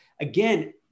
again